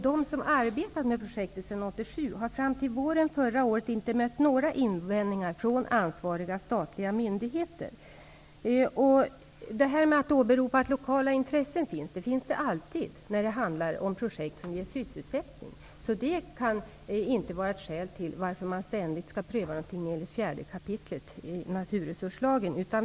De som arbetat med projektet sedan 1987 har fram till förra våren inte mött några invändningar från ansvariga statliga myndigheter. Här åberopas lokala intressen, men sådana finns alltid när det handlar om projekt som ger sysselsättning. Detta kan alltså inte ständigt vara ett skäl till att prövning skall göras enligt 4 kap.